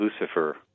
Lucifer